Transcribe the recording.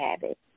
habit